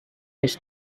his